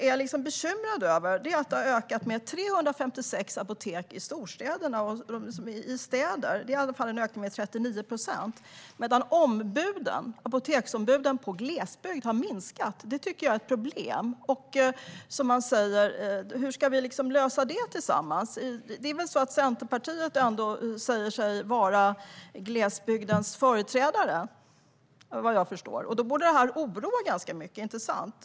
Vad jag är bekymrad över är dock att det har blivit 356 nya apotek i städer, vilket är en ökning med 39 procent, medan antalet apoteksombud i glesbygd har minskat. Det tycker jag är ett problem. Som man säger: Hur ska vi lösa det tillsammans? Centerpartiet säger sig väl ändå vara glesbygdens företrädare, vad jag förstår. Då borde ju detta oroa ganska mycket, inte sant?